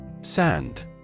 Sand